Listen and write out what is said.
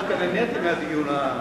) דווקא נהניתי מהדיון,